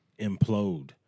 implode